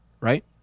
right